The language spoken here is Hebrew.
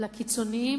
לקיצונים,